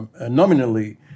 nominally